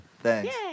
Thanks